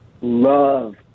love